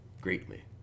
greatly